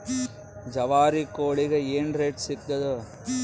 ಜವಾರಿ ಕೋಳಿಗಿ ಏನ್ ರೇಟ್ ಸಿಗ್ತದ?